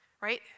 Right